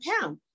pound